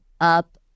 up